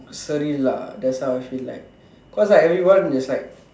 surely lah that's how I feel like cause everyone is like